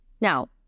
Now